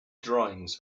drawings